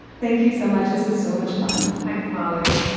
thank you so much this was so much fun. thanks molly